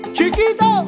Chiquito